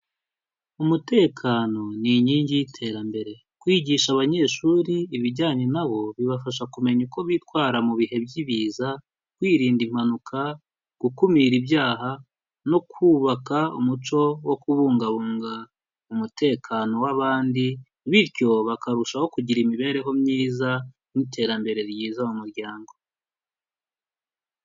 Umutekano ni inkingi y'iterambere. Kwigisha abanyeshuri ibijyanye na wo bibafasha kumenya uko bitwara mu bihe by'ibiza, kwirinda impanuka, gukumira ibyaha, no kubaka umuco wo kubungabunga umutekano w'abandi, bityo bakarushaho kugira imibereho myiza, n'iterambere ryiza mu muryango.